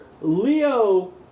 leo